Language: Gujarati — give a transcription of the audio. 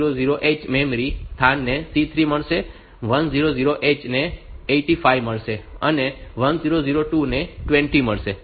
તેથી 1000h મેમરી સ્થાનને C3 મળશે 100H ને 85 મળશે અને 1002 ને 20 મળશે